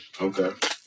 Okay